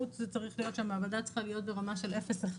במהות זה צריך להיות שהמעבדה צריכה להיות ברמה של אפס-אחד,